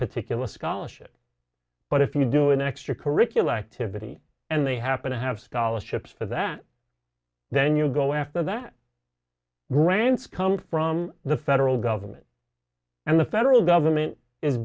particular scholarship but if you do in extracurricular activity and they happen to have scholarships for that then you go after that grants come from the federal government and the federal government is